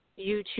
YouTube